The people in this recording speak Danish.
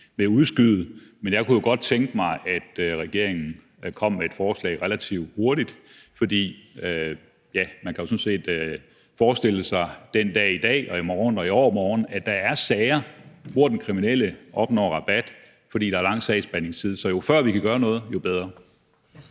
vil udskyde. Men jeg kunne jo godt tænke mig, at regeringen kom med et forslag relativt hurtigt, for man kan sådan set forestille sig, at der den dag i dag, i morgen og i overmorgen vil være sager, hvor den kriminelle opnår rabat, fordi der er lang sagsbehandlingstid. Så jo før, vi kan gøre noget, jo bedre.